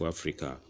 Africa